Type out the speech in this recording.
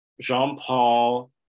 Jean-Paul